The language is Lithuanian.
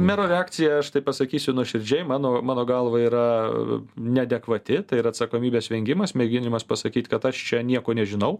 mero reakcija aš taip pasakysiu nuoširdžiai mano mano galva yra neadekvati tai yra atsakomybės vengimas mėginimas pasakyt kad aš čia nieko nežinau